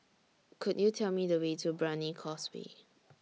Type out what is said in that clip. Could YOU Tell Me The Way to Brani Causeway